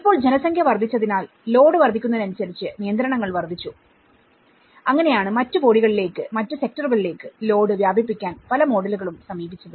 ഇപ്പോൾ ജനസംഖ്യ വർദ്ധിച്ചതിനാൽ ലോഡ് വർദ്ധിക്കുന്നതിനനുസരിച്ച് നിയന്ത്രണങ്ങൾ വർദ്ധിച്ചു അങ്ങനെയാണ് മറ്റ് ബോഡികളിലേക്ക്മറ്റ് സെക്ടറുകളിലേക്ക് ലോഡ് വ്യാപിപ്പിക്കാൻ പല മോഡലുകളും സമീപിച്ചത്